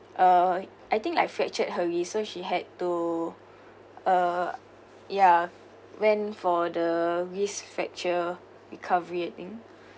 uh I think like fractured her wrist so she had to uh ya went for the wrist fracture recovery thing